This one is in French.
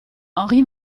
henry